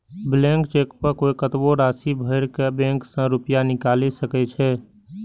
blank cheque पर कोइ कतबो राशि भरि के बैंक सं रुपैया निकालि सकै छै